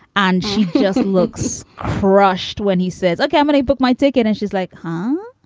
and she just looks crushed when he says, kaminey, book my ticket and she's like, ha,